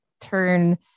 turn